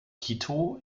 quito